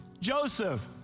Joseph